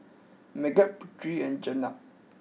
Megat Putri and Jenab